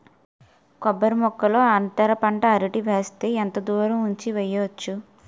కొబ్బరి మొక్కల్లో అంతర పంట అరటి వేస్తే ఎంత దూరం ఉంచి వెయ్యొచ్చు?